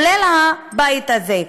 כולל הבית הזה,